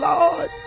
Lord